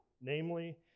Namely